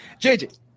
JJ